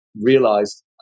realized